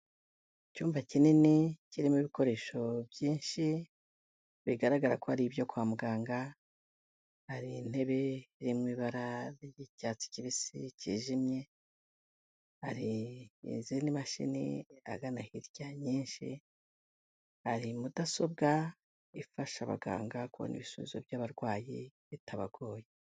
Icyumba kinini kirimo ibikoresho byinshi bigaragara ko ari ibyo kwa muganga, hari intebe iri mu ibara ry'icyatsi kibisi cyijimye, hari izindi mashini hagana hirya nyinshi, hari mudasobwa ifasha abaganga kubona ibisubizo by'abarwayi bitabagoye.